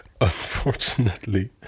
Unfortunately